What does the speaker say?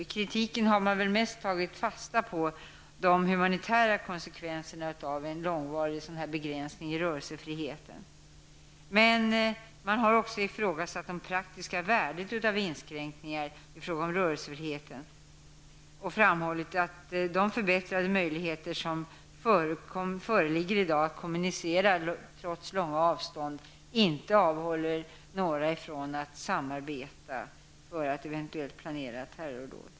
I kritiken har man väl mest tagit fasta på de humanitära konsekvenserna av en långvarig sådan här begränsning i rörelsefriheten. Man har emellertid också ifrågasatt det praktiska värdet av inskränkningar i rörelsefriheten och framhållit att de förbättrade möjligheter som i dag föreligger att kommunicera trots långa avstånd gör det lättare för personer att samarbeta för att eventuellt planera terrordåd.